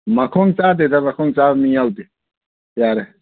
ꯃꯈꯣꯡ ꯆꯥꯗꯦꯗ ꯃꯈꯣꯡ ꯆꯥꯕ ꯃꯤ ꯌꯥꯎꯗꯦ ꯌꯥꯔꯦ